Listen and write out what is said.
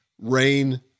rain